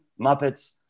Muppets